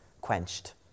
quenched